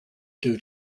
due